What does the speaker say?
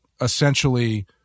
essentially